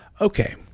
Okay